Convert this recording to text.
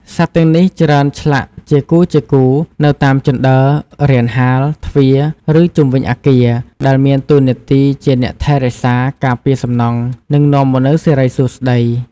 សត្វទាំងនេះ ច្រើនឆ្លាក់ជាគូៗនៅតាមជណ្តើររានហាល ទ្វារ ឬជុំវិញអគារ ដែលមានតួនាទីជាអ្នកថែរក្សា ការពារសំណង់ និងនាំមកនូវសិរីសួស្តី។